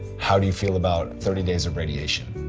how do you feel about thirty days of radiation?